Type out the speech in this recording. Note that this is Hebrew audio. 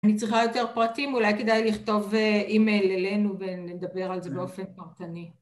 אני צריכה יותר פרטים, אולי כדאי לכתוב אימייל אלינו ונדבר על זה באופן פרטני.